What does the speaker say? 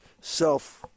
self